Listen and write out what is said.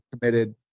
committed